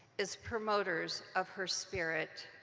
as promoters of her spirit.